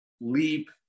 leap